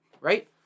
Right